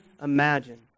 imagine